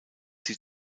sie